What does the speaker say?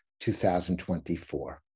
2024